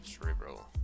cerebral